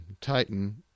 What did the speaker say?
Titan